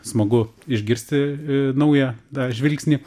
smagu išgirsti naują žvilgsnį